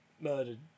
murdered